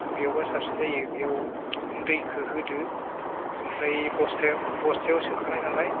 बेयावबा साबसिन जायो बेयाव दैखौ होदो ओमफ्राय बस्थायाव बस्थायाव सोखानाय नालाय